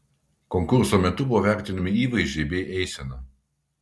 konkurso metu buvo vertinami įvaizdžiai bei eisena